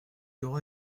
aura